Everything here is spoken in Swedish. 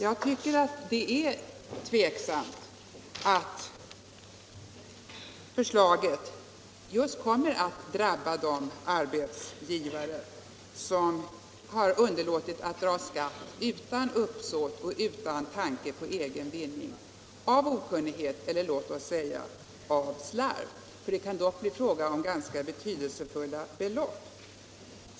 Jag ställer mig mycket tveksam till förslaget just därför att det kommer att drabba de arbetsgivare som utan uppsåt och utan tanke på egen vinning av okunnighet, eller låt oss säga av slarv, har underlåtit att dra skatt. Det kan dock bli fråga om ganska betydande belopp.